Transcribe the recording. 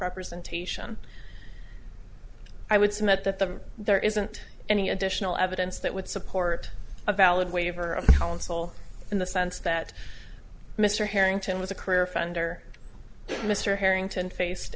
representation i would submit that the there isn't any additional evidence that would support a valid waiver of counsel in the sense that mr harrington was a career offender mr harrington faced